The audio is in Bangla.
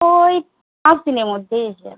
ওই পাঁচ দিনের মধ্যেই এসে যাবে